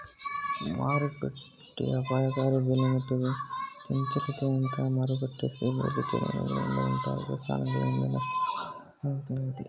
ಮಾರುಕಟ್ಟೆಅಪಾಯವು ಬೆಲೆ ಮತ್ತು ಚಂಚಲತೆಯಂತಹ ಮಾರುಕಟ್ಟೆ ಅಸ್ಥಿರಗಳಲ್ಲಿ ಚಲನೆಗಳಿಂದ ಉಂಟಾಗುವ ಸ್ಥಾನಗಳಲ್ಲಿನ ನಷ್ಟದ ಅಪಾಯವಾಗೈತೆ